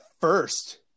first